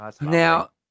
Now